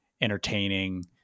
entertaining